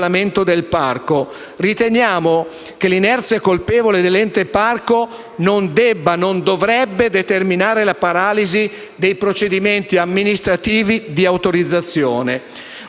Riteniamo che l’inerzia colpevole dell’ente parco non dovrebbe e non debba determinare la paralisi dei procedimenti amministrativi di autorizzazione.